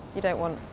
you don't want.